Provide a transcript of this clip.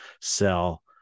sell